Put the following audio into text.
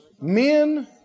Men